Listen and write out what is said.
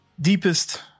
deepest